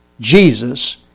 Jesus